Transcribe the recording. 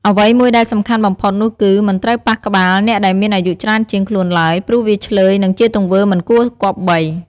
អ្វីមួយដែលសំខាន់បំផុតនោះគឺ មិនត្រូវប៉ះក្បាលអ្នកដែលមានអាយុច្រើនជាងខ្លួនឡើយ ព្រោះវាឈ្លើយ និងជាទង្វើមិនគួរគម្បី។